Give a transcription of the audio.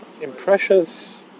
Impressions